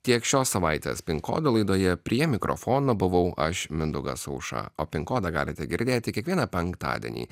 tiek šios savaitės pin kodo laidoje prie mikrofono buvau aš mindaugas aušra o pin kodą galite girdėti kiekvieną penktadienį